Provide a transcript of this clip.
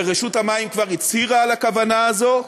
ורשות המים כבר הצהירה על הכוונה הזאת,